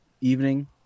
evening